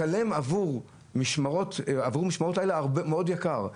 לשלם עבור משמרות לילה מאוד יקר.